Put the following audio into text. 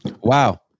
Wow